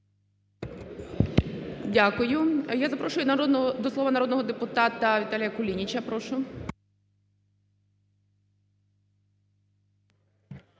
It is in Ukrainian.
Дякую. Я запрошую до слова народного депутата Віталія Кулініча, прошу.